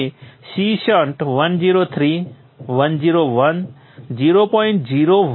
અને C shunt 103 101 0